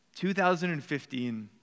2015